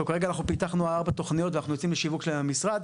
וכרגע פיתחנו ארבע תוכניות ואנחנו יוצאים לשיווק שלהן עם המשרד,